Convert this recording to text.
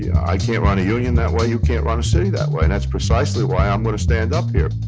i can't run a union that way. you can't run a city that way. and that's precisely why i'm going to stand up here